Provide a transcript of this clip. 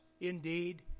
indeed